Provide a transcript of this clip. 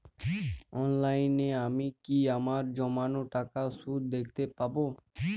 অনলাইনে আমি কি আমার জমানো টাকার সুদ দেখতে পবো?